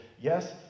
yes